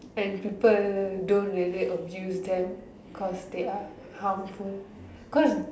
and people don't really abuse them because they are harmful cause